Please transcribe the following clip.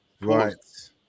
Right